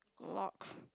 Glock